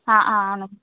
ആ ആ ആണോ